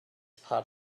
part